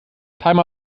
timer